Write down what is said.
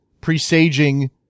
presaging